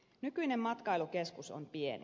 nykyinen matkailukeskus on pieni